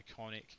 iconic